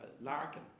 Larkin